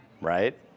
right